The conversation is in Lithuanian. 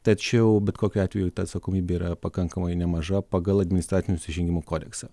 tačiau bet kokiu atveju ta atsakomybė yra pakankamai nemaža pagal administracinių nusižengimų kodeksą